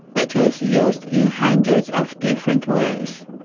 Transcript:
it is used in hundreds of different ways,